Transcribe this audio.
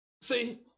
See